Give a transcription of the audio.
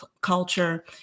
culture